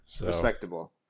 Respectable